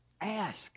ask